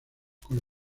con